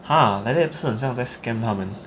!huh! like that 不是很像在 scam 他们